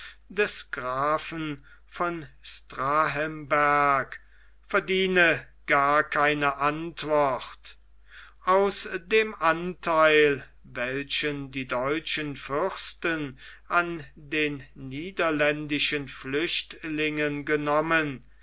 des grafen von starhemberg verdiene gar keine antwort aus dem antheil welchen die deutschen fürsten an den niederländischen flüchtlingen genommen